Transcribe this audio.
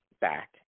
back